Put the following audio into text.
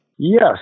Yes